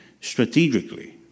strategically